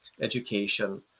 education